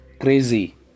crazy